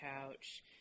couch